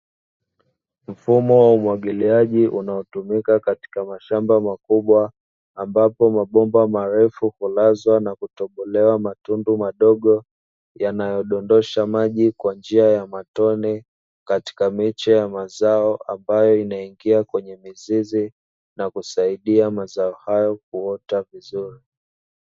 Mfumo wa umwagiliaji unaotumika katika mashamba makubwa, ambapo mabomba marefu hulazwa na kutobolewa matundu madogo, yanayodondosha maji kwa njia ya matone, katika miche ya mazao ambayo inaingia kwenye mizizi na kusaidia mazao hayo kuota vizuri.